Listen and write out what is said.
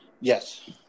Yes